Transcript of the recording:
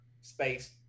space